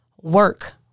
work